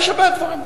יש הרבה דברים,